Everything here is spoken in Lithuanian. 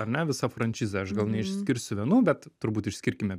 ar ne visa franšize aš gal neišskirsiu vienų bet turbūt išskirkime